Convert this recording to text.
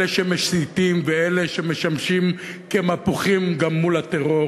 אלה שמסיתים ואלה שמשמשים כמפוחים גם מול הטרור